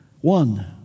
One